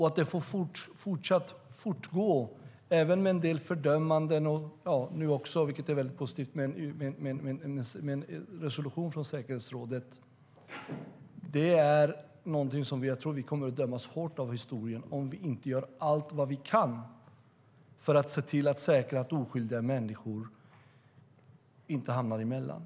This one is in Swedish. Att det får fortgå även med en del fördömanden och nu också, vilket är väldigt positivt, med en resolution från säkerhetsrådet är någonting som vi kommer att dömas hårt av i historien om vi inte gör allt vad vi kan för att se till att säkra att oskyldiga människor inte hamnar emellan.